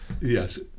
Yes